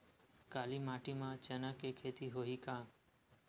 काली माटी म चना के खेती होही का?